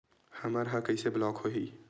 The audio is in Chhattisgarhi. हमर ह कइसे ब्लॉक होही?